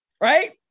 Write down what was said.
right